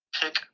pick